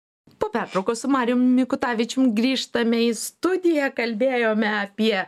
po pertraukos su marijum mikutavičium grįžtame į studiją kalbėjome apie